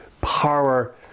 power